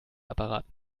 apparat